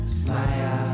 smile